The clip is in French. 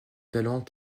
talent